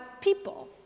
people